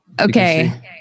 Okay